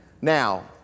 Now